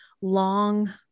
long